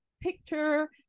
picture